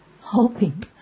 hoping